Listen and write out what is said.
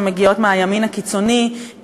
שמגיעות מהימין הקיצוני,